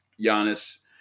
Giannis